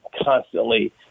constantly